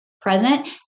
present